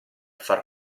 far